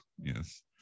Yes